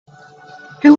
who